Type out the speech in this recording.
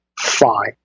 fine